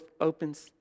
opens